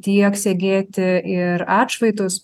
tiek segėti ir atšvaitus